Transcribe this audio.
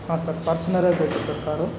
ಹಾಂ ಸರ್ ಫಾರ್ಚ್ಯುನರೇ ಬೇಕು ಸರ್ ಕಾರು